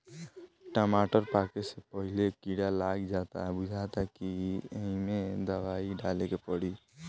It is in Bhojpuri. टमाटर पाके से पहिले कीड़ा लाग जाता बुझाता कि ऐइमे दवाई डाले के पड़ी